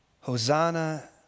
Hosanna